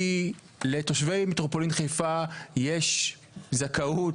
כי לתושבי מטרופולין חיפה יש זכאות